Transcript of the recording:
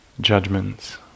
judgments